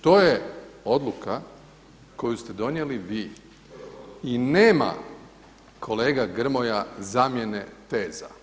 To je odluka koju ste donijeli vi i nema kolega Grmoja zamjene teza.